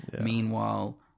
Meanwhile